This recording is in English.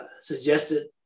suggested